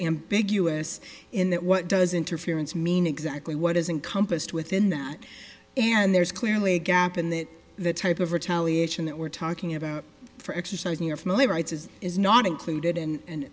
ambiguous in that what does interference mean exactly what isn't compassed within that and there's clearly a gap in that that type of retaliation that we're talking about for exercising your family rights is is not included and can